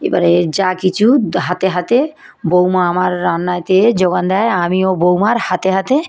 এবারে যা কিছু হাতে হাতে বউমা আমার রান্নাতে জোগান দেয় আমিও বউমার হাতে হাতে